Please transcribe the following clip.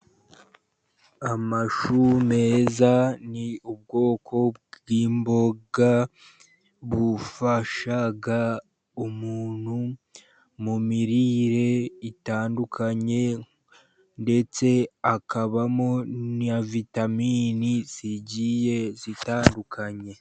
Amashu meza ni ubwoko bw'imboga bufasha umuntu mu mirire itandukanye, ndetse hakabamo na vitamini zigiye zitandukanye.